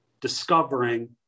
discovering